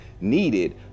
needed